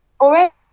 already